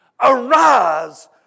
arise